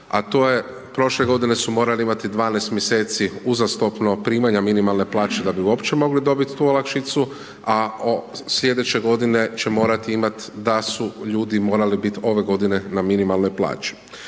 a to je prošle godine su morali imati 12 mj. uzastopno primanja minimalne plaće da bi uopće mogli dobiti tu olakšicu a slijedeće godine će morati imati da su ljudi morali biti ove godine na minimalnoj plaći.